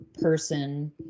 person